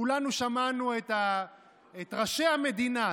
כולנו שמענו את ראשי המדינה,